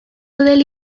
del